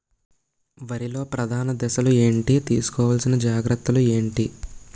వరిలో ప్రధాన దశలు ఏంటి? తీసుకోవాల్సిన జాగ్రత్తలు ఏంటి?